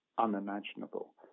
unimaginable